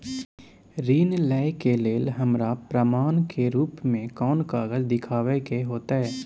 ऋण लय के लेल हमरा प्रमाण के रूप में कोन कागज़ दिखाबै के होतय?